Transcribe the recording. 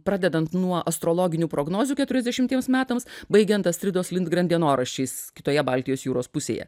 pradedant nuo astrologinių prognozių keturiasdešimtiems metams baigiant astridos lindgren dienoraščiais kitoje baltijos jūros pusėje